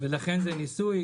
לכן זה ניסוי,